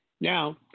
Now